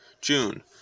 June